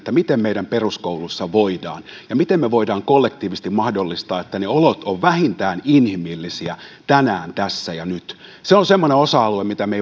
miten meidän peruskoulussa voidaan ja miten me voimme kollektiivisesti mahdollistaa että ne olot ovat vähintään inhimillisiä tänään tässä ja nyt se on semmoinen osa alue mitä me emme